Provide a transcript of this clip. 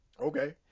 Okay